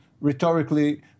rhetorically